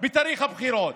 בתאריך הבחירות,